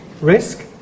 risk